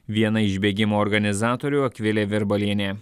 viena iš bėgimo organizatorių akvilė virbalienė